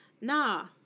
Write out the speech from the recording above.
nah